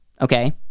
Okay